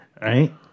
right